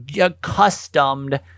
accustomed